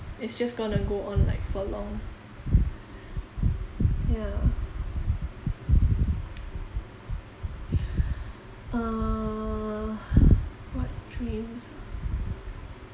it's just gonna go on like for long ya uh what dreams ah